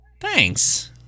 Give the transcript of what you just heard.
Thanks